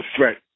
threat